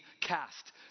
cast